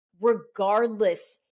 regardless